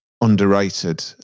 underrated